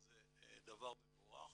זה דבר מבורך,